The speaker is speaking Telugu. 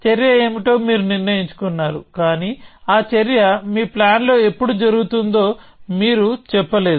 చర్య ఏమిటో మీరు నిర్ణయించుకున్నారు కానీ ఆ చర్య మీ ప్లాన్ లో ఎప్పుడు జరుగుతుందో మీరు చెప్పలేదు